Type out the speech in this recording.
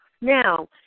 Now